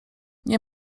nie